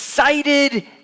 Excited